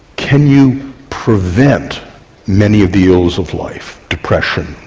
can you prevent many of the ills of life depression,